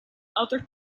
other